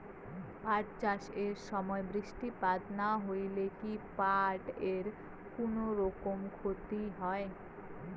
পাট চাষ এর সময় বৃষ্টিপাত না হইলে কি পাট এর কুনোরকম ক্ষতি হয়?